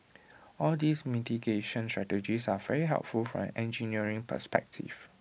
all these mitigation strategies are very helpful from an engineering perspective